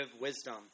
wisdom